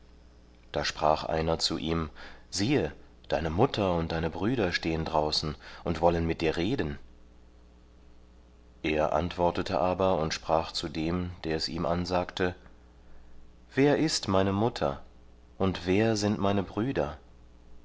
da sprach einer zu ihm siehe deine mutter und deine brüder stehen draußen und wollen mit dir reden er antwortete aber und sprach zu dem der es ihm ansagte wer ist meine mutter und wer sind meine brüder